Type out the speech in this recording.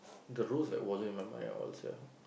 the rules like wasn't even in my mind at all sia